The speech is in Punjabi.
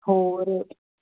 ਹੋਰ